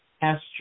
pasture